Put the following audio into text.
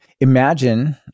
imagine